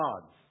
gods